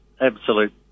absolute